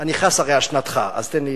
אני חס הרי על שנתך, אז תן לי,